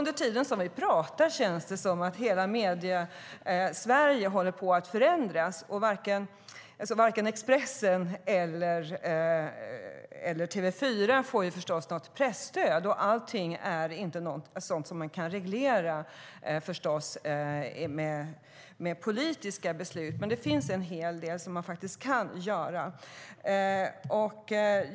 Det känns som att hela Mediesverige håller på att förändras under tiden som vi pratar. Varken Expressen eller TV4 får förstås något presstöd, och man kan inte reglera allting med politiska beslut. Men det finns en hel del som man faktiskt kan göra.